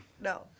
No